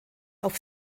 auf